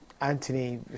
Anthony